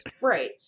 Right